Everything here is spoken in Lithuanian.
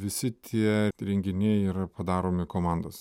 visi tie renginiai yra padaromi komandos